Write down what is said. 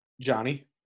Johnny